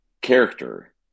character